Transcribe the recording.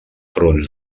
fronts